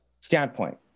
standpoint